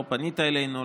לא פנית אלינו,